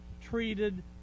treated